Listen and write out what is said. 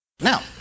Now